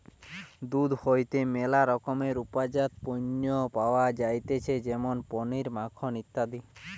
দুধ হইতে ম্যালা রকমের উপজাত পণ্য পাওয়া যাইতেছে যেমন পনির, মাখন ইত্যাদি